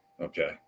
Okay